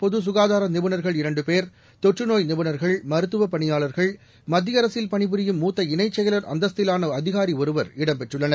பொதுசுகாதாரநிபுணர்கள் இரண்டுபேர் தொற்றுநோய் நிபுணர்கள் இந்தகுழுவில் மருத்துவபணியாள்கள் மத்திய அரசில் பணிபுரியும் மூத்த இணைச் செயல் அந்தஸ்திவான அதிகாரிஒருவர் இடம் பெற்றுள்ளனர்